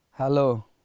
Hello